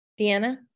Deanna